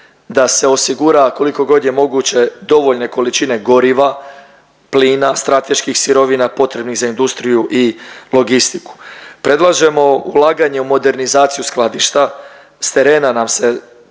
da se osigura kolikogod je moguće dovoljne količine goriva, plina, strateških sirovina potrebnih za industriju i logistiku. Predlažemo ulaganje u modernizaciju skladišta, s terena nam se